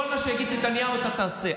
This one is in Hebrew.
כל מה שיגיד נתניהו אתה תעשה.